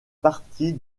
partie